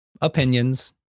opinions